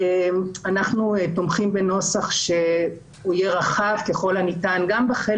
אנחנו תומכים בנוסח רחב ככל הניתן בחלק